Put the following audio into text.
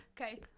Okay